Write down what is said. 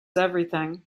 everything